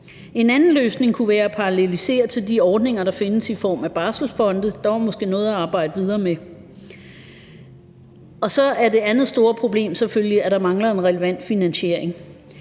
En anden løsning kunne være at parallelisere til de ordninger, der findes i form af barselsfonde – der var måske noget at arbejde videre med. Så er det andet store problem selvfølgelig, at der mangler en relevant finansiering.